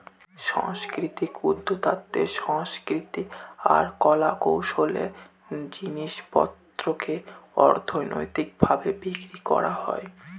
সাংস্কৃতিক উদ্যক্তাতে সাংস্কৃতিক আর কলা কৌশলের জিনিস পত্রকে অর্থনৈতিক ভাবে বিক্রি করা হয়